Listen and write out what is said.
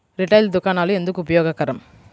Retail దుకాణాలు ఎందుకు ఉపయోగకరం?